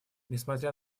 несмотря